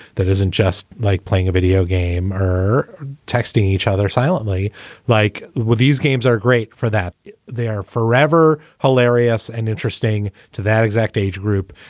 that isn't just like playing a video game or texting each other silently like what these games are great for that they are forever hilarious and interesting to that exact age group.